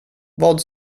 vad